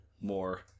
More